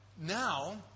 Now